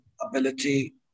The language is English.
ability